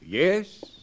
Yes